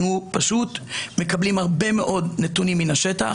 אנחנו מקבלים הרבה מאוד נתונים מהשטח